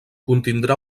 contindrà